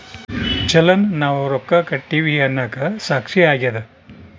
ಚಲನ್ ನಾವ್ ರೊಕ್ಕ ಕಟ್ಟಿವಿ ಅನ್ನಕ ಸಾಕ್ಷಿ ಆಗ್ಯದ